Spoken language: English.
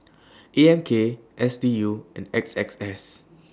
A M K S D U and A X S